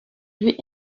lui